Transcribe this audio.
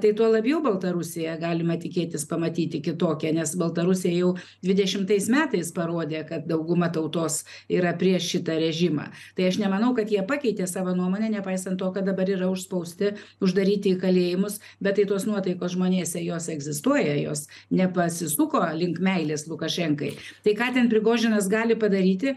tai tuo labiau baltarusija galima tikėtis pamatyti kitokią nes baltarusija jau dvidešimtais metais parodė kad dauguma tautos yra prieš šitą režimą tai aš nemanau kad jie pakeitė savo nuomonę nepaisant to kad dabar yra užspausti uždaryti į kalėjimus bet tai tos nuotaikos žmonėse jos egzistuoja jos nepasisuko link meilės lukašenkai tai ką ten prigožinas gali padaryti